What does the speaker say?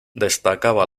destacaba